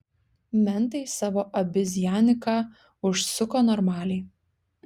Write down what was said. mentai savo abizjaniką užsuko normaliai